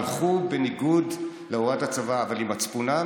הלכו בניגוד להוראות הצבא אבל עם מצפונם,